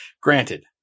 granted